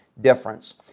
difference